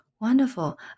Wonderful